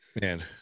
man